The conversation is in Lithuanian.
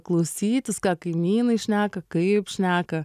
klausytis ką kaimynai šneka kaip šneka